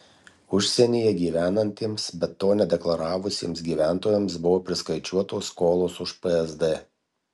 užsienyje gyvenantiems bet to nedeklaravusiems gyventojams buvo priskaičiuotos skolos už psd